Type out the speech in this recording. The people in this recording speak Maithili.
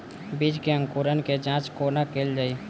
बीज केँ अंकुरण केँ जाँच कोना केल जाइ?